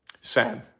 Sad